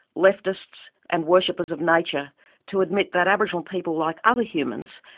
leftists and worshippers of nature to admit that aboriginal people, like other humans,